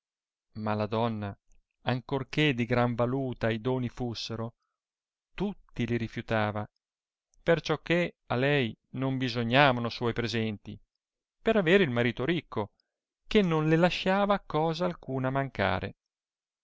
ma la donna ancor che di gran valuta i doni fussero tutti li rifiutava perciò che a lei non bisognavano suoi presenti per aver il marito ricco che non le lasciava cosa alcuna mancare